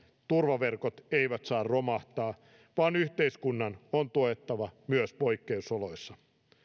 turvaverkot eivät saa romahtaa vaan yhteiskunnan on tuettava myös poikkeusoloissa